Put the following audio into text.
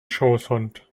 schoßhund